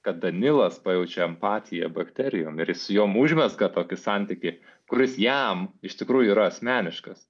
kad danilas pajaučia empatiją bakterijom ir jis su jom užmezga tokį santykį kuris jam iš tikrųjų yra asmeniškas